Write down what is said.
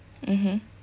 mmhmm